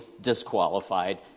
disqualified